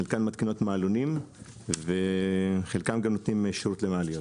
חלקן מתקינות מעלונים וחלקן גם נותנות שירות למעליות.